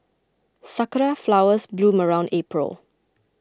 sakura flowers bloom around April